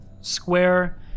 square